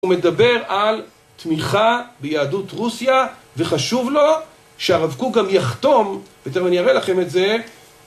הוא מדבר על תמיכה ביהדות רוסיה, וחשוב לו שהרב קוק גם יחתום, ותיכף אני גם אראה לכם את זה.